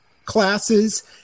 classes